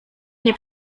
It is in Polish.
nie